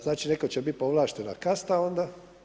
Znači netko će biti povlaštena kasta onda.